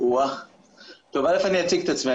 אני אציג את עצמי.